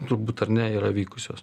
turbūt ar ne yra vykusios